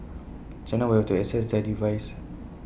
China will to assess their advice